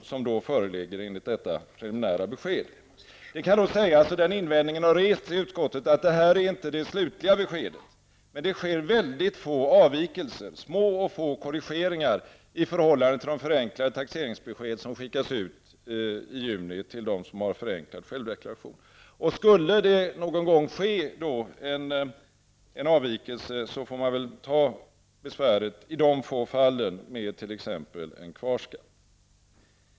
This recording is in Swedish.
Det kan då sägas -- och den inväntning har rest i utskottet -- att detta inte är det slutliga beskedet. Men det sker mycket få avvikelser -- små och få korrigeringar -- i förhållande till de förenklade taxeringsbesked som skickas ut i juni till dem som har förenklad självdeklaration. Skulle det någon gång ske en avvikelse, så får man väl ta besväret -- i de få fallen -- med t.ex. kvarskatt.